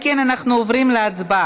אם כן, אנחנו עוברים להצבעה,